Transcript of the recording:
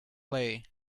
play